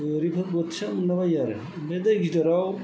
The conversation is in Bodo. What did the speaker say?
गोरिफोर बोथिया मोनलाबायोआरो बे दै गिदिराव